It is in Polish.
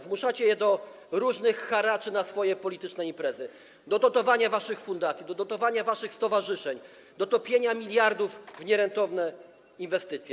Zmuszacie je do różnych haraczy na swoje polityczne imprezy, do dotowania waszych fundacji, do dotowania waszych stowarzyszeń, do topienia miliardów w nierentowne inwestycje.